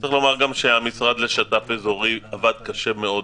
צריך לומר שהמשרד לשת"פ אזורי עבד קשה מאוד,